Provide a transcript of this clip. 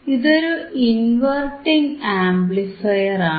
ഇതൊരു ഇൻവെർട്ടിംഗ് ആംപ്ലിഫയറാണ്